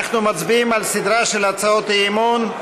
אנחנו מצביעים על סדרה של הצעות אי-אמון.